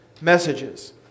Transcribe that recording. messages